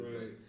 Right